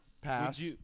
Pass